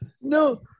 No